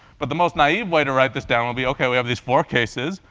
but the most naive way to write this down would be, ok, we have these four cases.